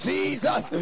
Jesus